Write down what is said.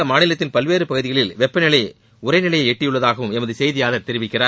அம்மாநிலத்தின் பல்வேறு பகுதிகளில் வெப்பநிலை உறை நிலையை எட்டியுள்ளதாகவும் எமது செய்தியாளர் தெரிவிக்கிறார்